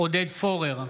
עודד פורר,